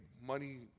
money